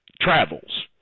travels